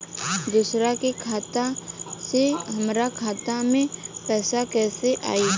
दूसरा के खाता से हमरा खाता में पैसा कैसे आई?